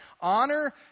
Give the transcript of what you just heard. honor